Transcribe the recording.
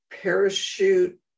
parachute